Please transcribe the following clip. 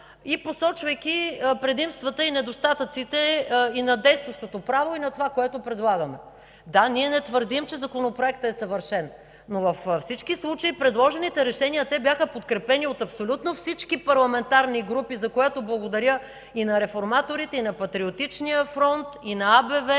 и посочвайки предимствата и недостатъците и на действащото право, и на това, което предлагаме. Да, ние не твърдим, че Законопроектът е съвършен. Но във всички случаи предложените решения бяха подкрепени от абсолютно всички парламентарни групи, за което благодаря и на Реформаторите, и на Патриотичния фронт, и на АБВ,